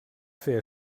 fer